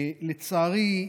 לצערי,